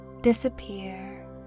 disappear